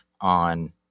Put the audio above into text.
on